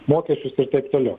mokesčius ir taip toliau